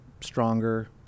stronger